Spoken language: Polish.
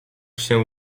się